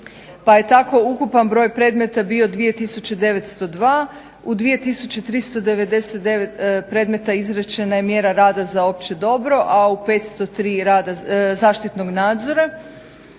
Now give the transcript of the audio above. pa je tako ukupan broj predmeta bio 2902, u 2000. 399 predmeta izrečena je mjera rada za opće dobro, a u 503 zaštitnog nadzora.